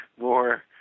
more